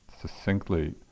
succinctly